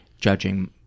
judging